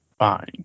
Fine